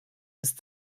ist